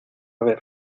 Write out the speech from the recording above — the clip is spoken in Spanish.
ver